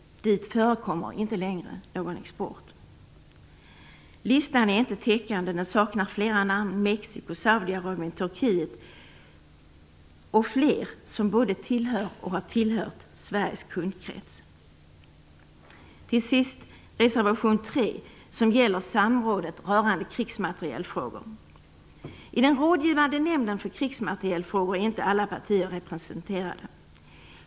Dit förekommer inte längre någon export. Listan är inte täckande; den saknar flera namn: Mexico, Saudiarabien, Turkiet m.fl. som tillhör och tillhört Sveriges kundkrets. Till sist till reservation 3, som gäller samrådet rörande krigsmaterielfrågor. I den rådgivande nämnden för krigsmaterielfrågor är inte alla partier representerade.